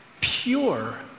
pure